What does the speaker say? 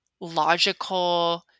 logical